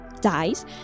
dies